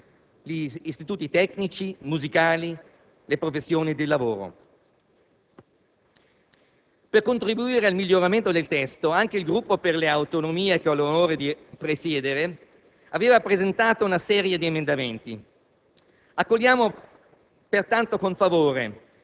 l'orientamento e il raccordo con l'università, gli istituti tecnici e musicali, le professioni del lavoro. Per contribuire al miglioramento del testo, anche il Gruppo per le Autonomie, che ho l'onore di presiedere, aveva presentato una serie di emendamenti.